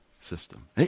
system